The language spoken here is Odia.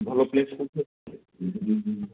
ଭଲ ପ୍ଲେସ୍ କେଉଁଠି ଅଛି